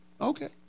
Okay